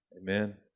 Amen